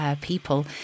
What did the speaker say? people